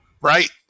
Right